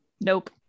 Nope